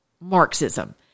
Marxism